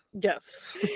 yes